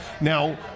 Now